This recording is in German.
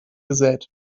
gesät